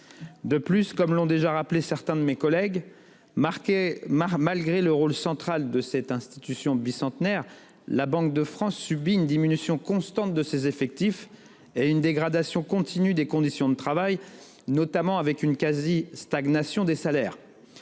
De plus, comme l'ont déjà rappelé certains de mes collègues, malgré le rôle central de la Banque de France, cette institution bicentenaire subit une diminution constante de ses effectifs et une dégradation continue des conditions de travail ainsi qu'une quasi-stagnation des salaires.